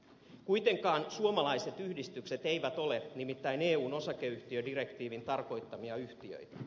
kuitenkaan suomalaiset yhdistykset eivät ole nimittäin eun osakeyhtiödirektiivin tarkoittamia yhtiöitä